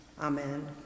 Amen